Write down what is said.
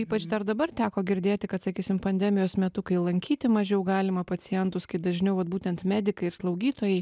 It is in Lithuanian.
ypač dar dabar teko girdėti kad sakysim pandemijos metu kai lankyti mažiau galima pacientus kai dažniau vat būtent medikai ir slaugytojai